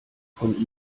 von